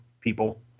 people